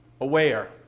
aware